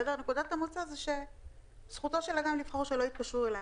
נקודת המוצא היא שזכותו של אדם לבחור שלא יתקשרו אליו.